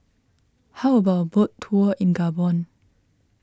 how about a boat tour in Gabon